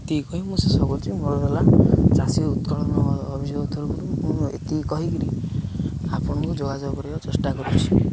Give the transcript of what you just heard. ଏତିିକି କହେ ମୁଁ ଶେଷ କରୁଛି ମୋର ହେଲା ଚାଷୀ ଉତ୍କଳନ ଅଭିଯୋଗ ତରଫରୁ ମୁଁ ଏତିକି କହିକିରି ଆପଣଙ୍କୁ ଯୋଗାଯୋଗ କରିବାକୁ ଚେଷ୍ଟା କରୁଛି